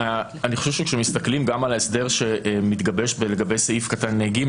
אני חושב שכאשר מסתכלים גם על ההסדר שמתגבש לגבי סעיף קטן (ג),